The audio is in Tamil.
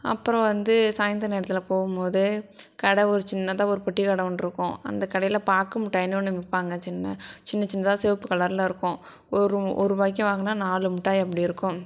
அப்புறம் வந்து சாயந்தர நேரத்தில் போகும்போது கடை ஒரு சின்னதாக ஒரு பொட்டிகடை ஒன்றுருக்கும் அந்த கடையில் பாக்குமிட்டாய்னு ஒன்று விற்பாங்க சின்ன சின்ன சின்னதாக சிவப்பு கலரில் இருக்கும் ஒரு ஒருரூவாய்க்கு வாங்கினா நாலு மிட்டாய் அப்படி இருக்கும்